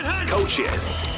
coaches